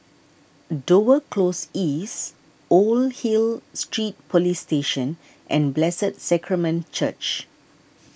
Dover Close East Old Hill Street Police Station and Blessed Sacrament Church